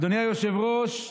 אדוני היושב-ראש,